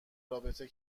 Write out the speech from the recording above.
رابطه